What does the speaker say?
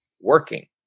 working